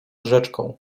rzeczką